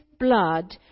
Blood